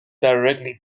directly